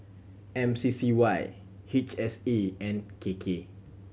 M C C Y H S E and K K